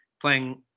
playing